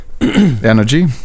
energy